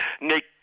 Nick